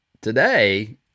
today